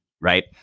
right